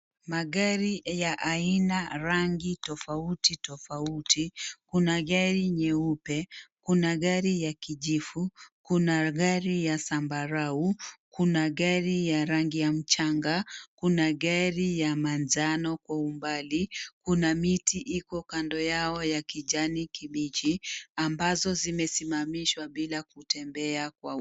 Magari ya aina rangi tofauti tofauti, kuna gari nyeupe, kuna gari ya kijivu, kuna gari ya zambarau, kuna gari ya rangi ya mchanga, kuna gari ya manjano kwa umbali, kuna miti iko kando yao ya kijani kibichi ambazo zimesimamishwa bila kutembea kwa...